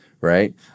Right